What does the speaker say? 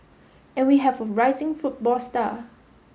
and we have a rising football star